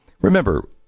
Remember